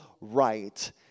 right